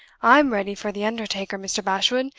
i'm ready for the undertaker, mr. bashwood,